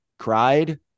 cried